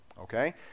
Okay